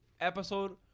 episode